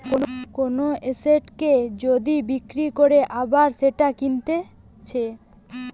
কোন এসেটকে যদি বিক্রি করে আবার সেটা কিনতেছে